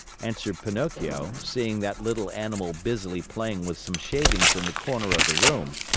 answered pinocchio, seeing that little animal busily playing with some shavings in the corner of the room.